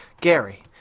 Gary